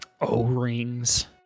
O-rings